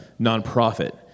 nonprofit